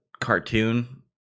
cartoon